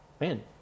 man